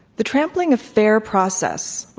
the trampling of fair process,